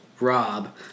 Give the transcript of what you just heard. Rob